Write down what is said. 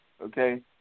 okay